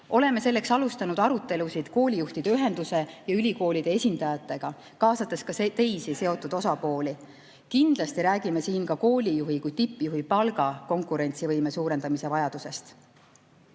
Oleme selleks alustanud arutelusid koolijuhtide ühenduse ja ülikoolide esindajatega, kaasates ka teisi seotud osapooli. Kindlasti räägime siin ka koolijuhi kui tippjuhi palga konkurentsivõime suurendamise vajadusest.